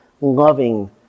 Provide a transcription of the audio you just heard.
loving